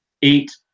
eat